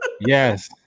Yes